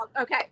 Okay